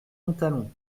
montalon